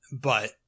But-